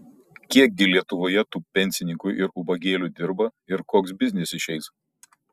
kiek gi lietuvoje tų pensininkų ir ubagėlių dirba ir koks biznis išeis